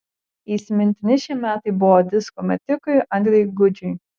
įsimintini šie metai buvo disko metikui andriui gudžiui